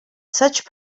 such